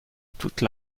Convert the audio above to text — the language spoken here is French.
toute